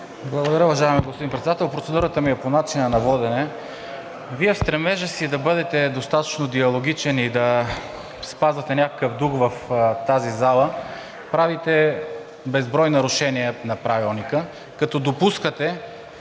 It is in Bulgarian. Благодаря, уважаеми господин Председател. Процедурата ми е по начина на водене. Вие в стремежа си да бъдете достатъчно диалогичен и да спазвате някакъв дух в тази зала правите безброй нарушения на Правилника, като допускате